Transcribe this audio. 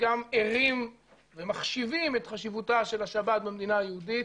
וגם ערים ומחשיבים את חשיבותה של השבת במדינה היהודית,